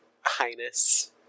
highness